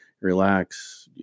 relax